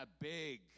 big